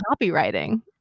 copywriting